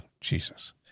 Jesus